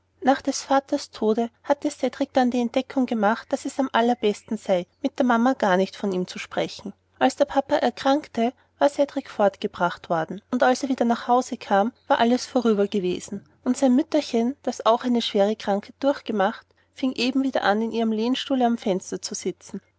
nach des vaters tode hatte cedrik dann die entdeckung gemacht daß es am allerbesten sei mit der mama gar nicht von ihm zu sprechen als der papa erkrankte war cedrik fortgebracht worden und als er wieder nach hause kam war alles vorüber gewesen und sein mütterchen das auch eine schwere krankheit durchgemacht fing eben wieder an in ihrem lehnstuhle am fenster zu sitzen